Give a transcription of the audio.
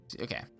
okay